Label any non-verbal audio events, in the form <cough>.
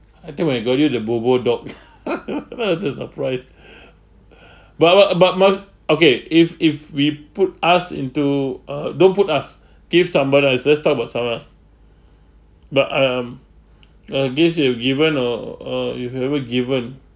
I think when I got it the bobo dog <laughs> so surprised <breath> but what about mar~ okay if if we put us into uh don't put us give somebody I say let's talk about someone but um uh gifts you have given or or you haven't given